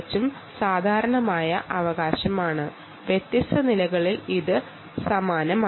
കെട്ടിടത്തിന്റെ വ്യത്യസ്ത നിലകളിൽ ഇത് സമാനമാണ്